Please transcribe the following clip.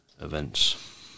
events